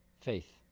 faith